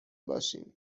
باشیم